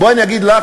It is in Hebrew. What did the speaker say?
בואי ואני אגיד לך,